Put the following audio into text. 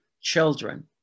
children